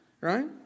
right